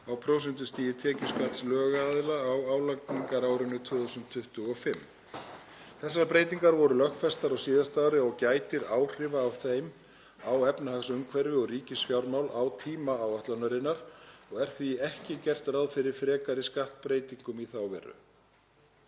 á prósentustigi tekjuskatts lögaðila á álagningarárinu 2025. Þessar breytingar voru lögfestar á síðasta ári og gætir áhrifa af þeim á efnahagsumhverfi og ríkisfjármál á tíma áætlunarinnar og er því ekki gert ráð fyrir frekari skattbreytingum í þá veru.